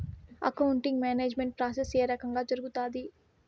accounting management process ఏ రకంగా జరుగుతాది